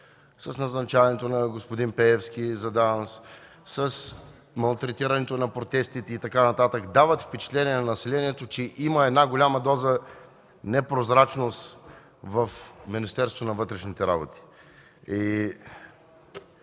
с назначаването на господин Пеевски в ДАНС, с малтретирането на протестите и така нататък, дават впечатление на населението, че има една голяма доза непрозрачност в Министерството на вътрешните работи?